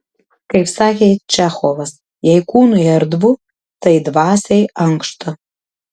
kaip sakė čechovas jei kūnui erdvu tai dvasiai ankšta